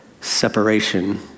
separation